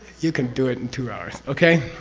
you can do it in two hours. okay?